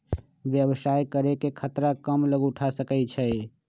व्यवसाय करे के खतरा कम लोग उठा सकै छै